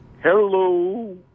Hello